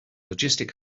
logistic